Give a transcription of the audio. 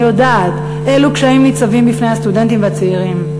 אני יודעת אילו קשיים ניצבים בפני הסטודנטים והצעירים.